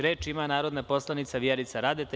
Reč ima narodna poslanica Vjerica Radeta.